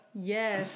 yes